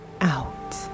out